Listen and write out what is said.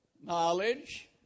knowledge